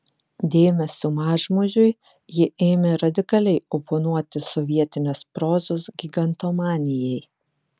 dėmesiu mažmožiui ji ėmė radikaliai oponuoti sovietinės prozos gigantomanijai